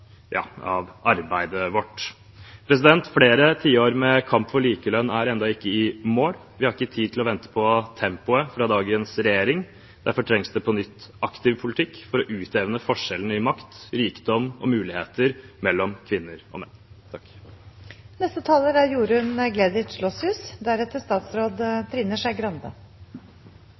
arbeidet vårt. Flere tiår med kamp for likelønn er ennå ikke i mål. Vi har ikke tid til å vente på tempoet fra dagens regjering. Derfor trengs det på nytt aktiv politikk for utjevne forskjellene i makt, rikdom og muligheter mellom kvinner og menn. Lik lønn for likt arbeid er